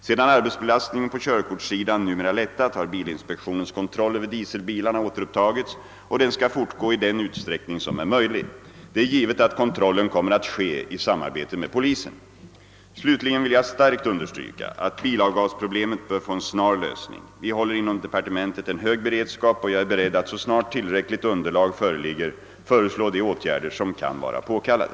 Sedan arbetsbelastningen på körkortssidan numera lättat har bilinspektionens kontroll över dieselbilarna återupptagits, och den skall fortgå i den utsträckning som är möjlig. Det är givet att kontrollen kommer att ske i samarbete med polisen. Slutligen vill jag starkt understryka att bilavgasproblemet bör få en snar lösning. Vi håller inom departementet en hög beredskap, och jag är beredd att så snart tillräckligt underlag föreligger föreslå de åtgärder som kan vara påkallade.